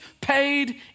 paid